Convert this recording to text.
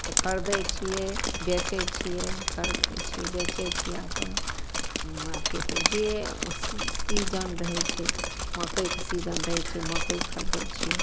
तऽ खरिदै छिए बेचै छिए खरिदै छिए बेचै छिए अपन मार्केटमे जे सी सीजन रहै छै मकइके सीजन रहै छै मकइ खरिदै छिए